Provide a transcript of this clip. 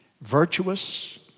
virtuous